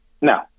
No